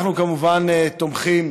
אנחנו כמובן תומכים